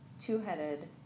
two-headed